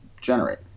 generate